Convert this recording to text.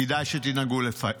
כדאי שתנהגו לפיו.